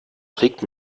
trägt